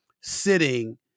sitting